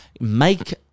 make